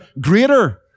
greater